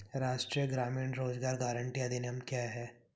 राष्ट्रीय ग्रामीण रोज़गार गारंटी अधिनियम क्या है?